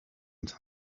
into